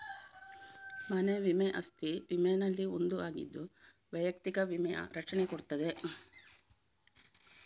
ಮನೆ ವಿಮೆ ಅಸ್ತಿ ವಿಮೆನಲ್ಲಿ ಒಂದು ಆಗಿದ್ದು ವೈಯಕ್ತಿಕ ವಿಮೆಯ ರಕ್ಷಣೆ ಕೊಡ್ತದೆ